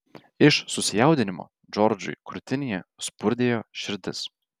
iš susijaudinimo džordžui krūtinėje spurdėjo širdis